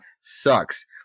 sucks